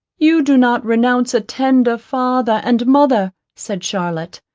you do not renounce a tender father and mother, said charlotte.